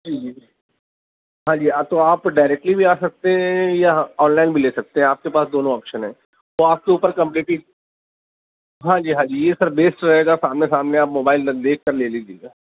جی جی ہاں جی یا تو آپ ڈاریکٹلی بھی آ سکتے ہیں یا آن لائن بھی لے سکتے ہیں آپ کے پاس دونوں آپشن ہیں تو آپ کے اوپر کمپلیٹلی ہاں جی ہاں جی یہ سر بیسٹ رہے گا سامنے سامنے آپ موبائل دیکھ کر لے لیجیے گا